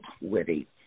witty